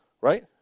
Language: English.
Right